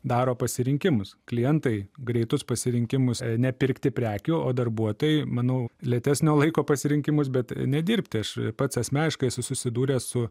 daro pasirinkimus klientai greitus pasirinkimus nepirkti prekių o darbuotojai manau lėtesnio laiko pasirinkimus bet nedirbti aš pats asmeniškai esu susidūręs su